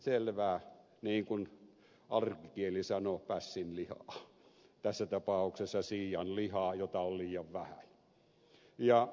selvää niin kuin arkikieli sanoo pässinlihaa tässä ta pauksessa siianlihaa jota on liian vähän